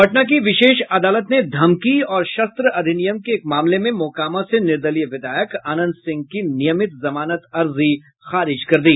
पटना की विशेष अदालत ने धमकी और शस्त्र अधिनियम के एक मामले में मोकामा से निर्दलीय विधायक अनंत सिंह की नियमित जमानत अर्जी खारिज कर दी